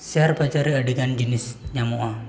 share ᱵᱟᱡᱟᱨ ᱨᱮ ᱟᱹᱰᱤᱜᱟᱱ ᱡᱤᱱᱤᱥ ᱧᱟᱢᱚᱜᱼᱟ